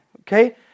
Okay